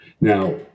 Now